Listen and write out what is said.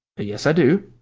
yes, i do,